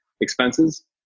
Expenses